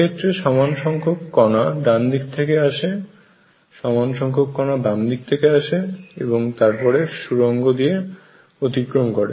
সেক্ষেত্রে সমান সংখ্যক কণা ডান দিক থেকে আসে সমান সংখ্যক কনা বাম দিক থেকে আসে এবং তারপরে সুরঙ্গ দিয়ে অতিক্রম করে